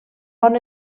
bon